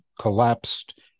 collapsed